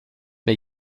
mir